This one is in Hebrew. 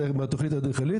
זה מהתוכנית האדריכלית,